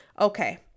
Okay